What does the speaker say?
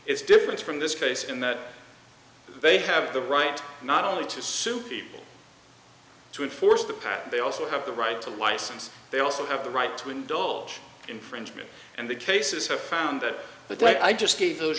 is different from this case in that they have the right not only to sue people to enforce the patent they also have the right to license they also have the right to indulge infringement and the cases have found but i just gave those